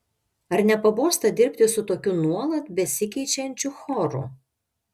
ar nepabosta dirbti su tokiu nuolat besikeičiančiu choru